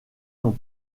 n’ont